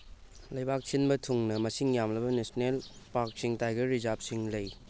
ꯂꯩꯕꯥꯛ ꯁꯤꯟꯕ ꯊꯨꯡꯅ ꯃꯁꯤꯡ ꯌꯥꯝꯂꯕ ꯅꯦꯁꯅꯦꯜ ꯄꯥꯔꯛꯁꯤꯡ ꯇꯥꯏꯒꯔ ꯔꯤꯖꯥꯞꯁꯤꯡ ꯂꯩ